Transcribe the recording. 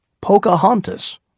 Pocahontas